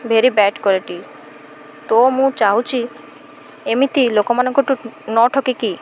very bad quality ତ ମୁଁ ଚାହୁଁଛି ଏମିତି ଲୋକମାନଙ୍କଠୁ ନଠକିକି